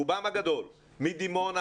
רובם הגדול מדימונה,